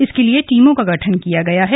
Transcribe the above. इसके लिए टीमों का गठन किया गया है